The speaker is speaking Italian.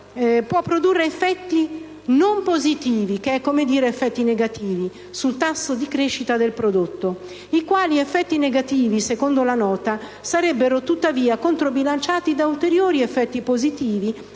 possa produrre effetti non positivi - che è come dire: «effetti negativi» - sul tasso di crescita del prodotto, che secondo la Nota sarebbero tuttavia controbilanciati da ulteriori effetti positivi